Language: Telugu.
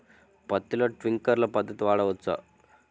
పత్తిలో ట్వింక్లర్ పద్ధతి వాడవచ్చా?